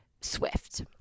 swift